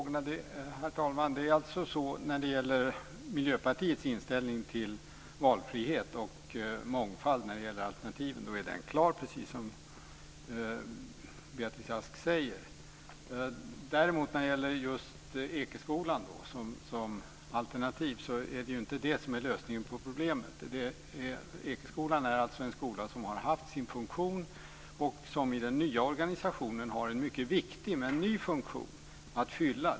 Herr talman! Tack för de frågorna. När det gäller Miljöpartiets inställning till valfrihet och mångfald i fråga om alternativen är den klar, precis som Beatrice När det däremot gäller Ekeskolan som alternativ är inte det lösningen på problemet. Ekeskolan är alltså en skola som har haft sin funktion och som i den nya organisationen har en mycket viktig men ny funktion att fylla.